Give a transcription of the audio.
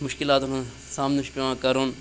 مُشکِلاتَن ہُنٛد سامنہٕ چھُ پٮ۪وان کَرُن